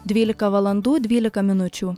dvylika valandų dvylika minučių